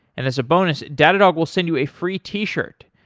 and as a bonus, datadog will send you a free t-shirt.